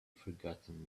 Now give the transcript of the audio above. forgotten